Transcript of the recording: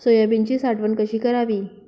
सोयाबीनची साठवण कशी करावी?